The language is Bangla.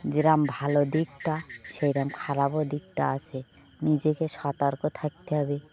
যেরম ভালো দিকটা সেই রকম খারাপ দিকটা আছে নিজেকে সতর্ক থাকতে হবে